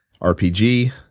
RPG